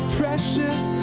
precious